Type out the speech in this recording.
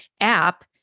app